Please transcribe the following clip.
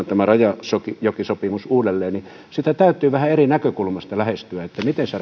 tämä rajajokisopimus uudelleen niin sitä täytyy vähän eri näkökulmasta lähestyä miten se